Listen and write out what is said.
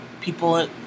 people